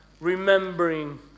remembering